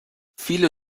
viele